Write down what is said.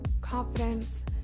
Confidence